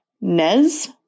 Nez